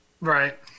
Right